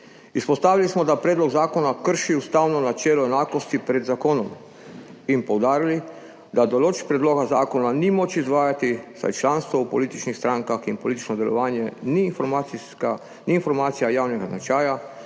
Izpostavili smo, da predlog zakona krši ustavno načelo enakosti pred zakonom, in poudarili, da določb predloga zakona ni moč izvajati, saj članstvo v političnih strankah in politično delovanje ni informacija javnega značaja,